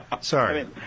Sorry